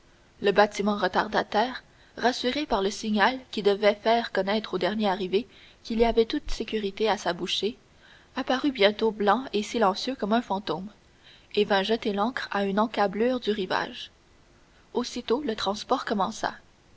le bâtiment retardataire rassuré par le signal qui devait faire connaître au dernier arrivé qu'il y avait toute sécurité à s'aboucher apparut bientôt blanc et silencieux comme un fantôme et vint jeter l'ancre à une encablure du rivage aussitôt le transport commença